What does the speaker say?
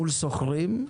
מול שוכרים,